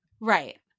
Right